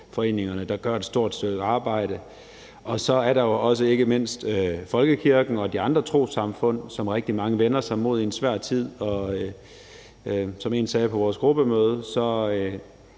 der gør et stort stykke arbejde, og der er jo ikke mindst også folkekirken og de andre trossamfund, som rigtig mange vender sig mod i en svær tid. Som en sagde på vores gruppemøde, er